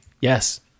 yes